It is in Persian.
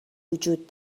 وجود